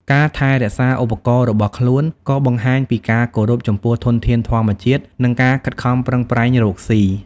ការថែរក្សាឧបករណ៍របស់ខ្លួនក៏បង្ហាញពីការគោរពចំពោះធនធានធម្មជាតិ និងការខិតខំប្រឹងប្រែងរកស៊ី។